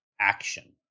action